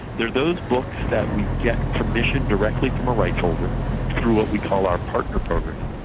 there are those books that we get permission directly from a rights holder through what we call our partner program,